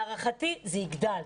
להערכתי, זה יגדל.